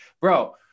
Bro